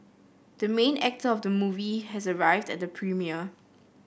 the main actor of the movie has arrived at the premiere